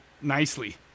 nicely